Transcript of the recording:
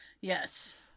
Yes